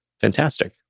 fantastic